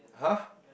!huh!